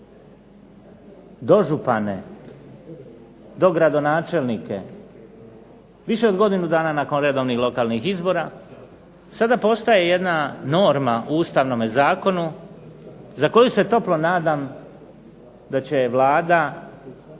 dožupane, dogradonačelnike. Više od godinu dana nakon redovnih lokalnih izbora. Sada postaje jedna norma u Ustavnome zakonu za koju se toplo nadam da će je Vlada